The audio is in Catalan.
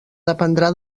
dependrà